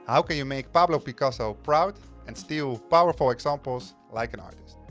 how can you make pablo picasso proud and still powerful examples like an artist?